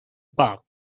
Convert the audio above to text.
park